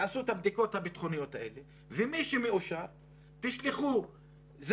תעשו את הבדיקות הביטחוניות האלה ומי שמאושר תשלחו שהוא